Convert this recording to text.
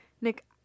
Nick